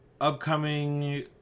Upcoming